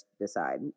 decide